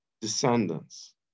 descendants